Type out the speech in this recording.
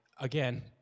again